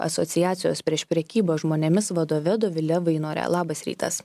asociacijos prieš prekybą žmonėmis vadove dovile vainore labas rytas